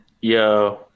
yo